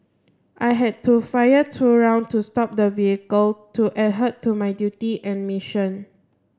I had to fire two rounds to stop the vehicle to adhere to my duty and mission